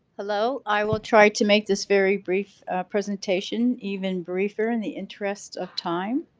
hello, i will try to make this very brief presentation even briefer in the interest of time.